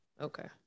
Okay